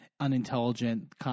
unintelligent